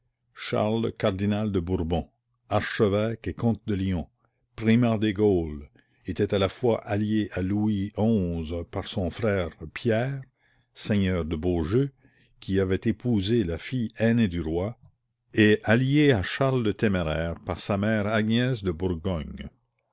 charles cardinal de bourbon archevêque et comte de lyon primat des gaules était à la fois allié à louis xi par son frère pierre seigneur de beaujeu qui avait épousé la fille aînée du roi et allié à charles le téméraire par sa mère agnès de bourgogne